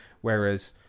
whereas